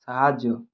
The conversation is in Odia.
ସାହାଯ୍ୟ